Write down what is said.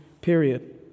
period